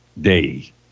day